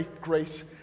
grace